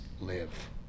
live